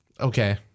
Okay